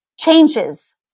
changes